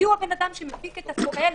כי הוא האדם שמפיק את התועלת,